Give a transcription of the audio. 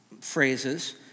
phrases